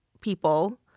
people